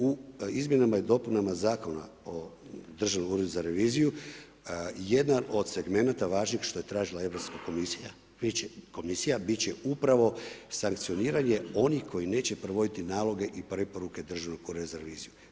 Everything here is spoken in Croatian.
U izmjenama i dopunama Zakona o Državnom uredu za reviziju jedno od segmenata važnog što je tražila Europska komisije, Vijeće, Komisija biti će upravo sankcioniranje onih koji neće provoditi naloge i preporuke Državnog ureda za reviziju.